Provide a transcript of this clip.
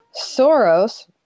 Soros